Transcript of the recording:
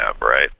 right